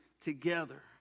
together